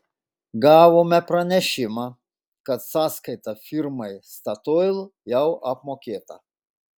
gavome pranešimą kad sąskaita firmai statoil jau apmokėta